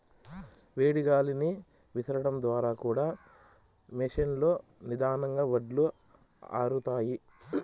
వేడి గాలిని విసరడం ద్వారా కూడా మెషీన్ లో నిదానంగా వడ్లు ఆరుతాయి